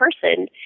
person